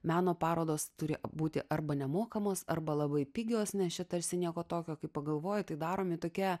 meno parodos turi būti arba nemokamos arba labai pigios nes čia tarsi nieko tokio kai pagalvoji tai daromi tokie